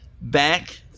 back